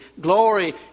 glory